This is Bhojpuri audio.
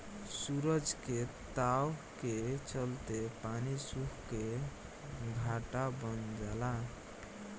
सूरज के ताव के चलते पानी सुख के घाटा बन जाला